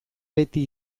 beti